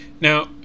Now